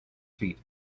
feet